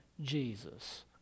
Jesus